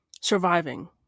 surviving